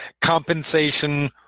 Compensation